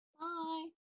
Bye